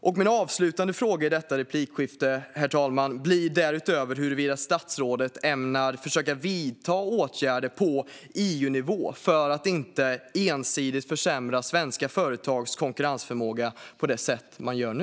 Min avslutande fråga i detta inlägg, herr talman, blir därutöver huruvida statsrådet ämnar försöka vidta åtgärder på EU-nivå för att inte ensidigt försämra svenska företags konkurrensförmåga på det sätt man gör nu.